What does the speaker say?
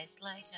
later